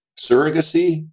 surrogacy